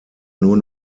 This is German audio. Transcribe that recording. nur